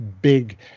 big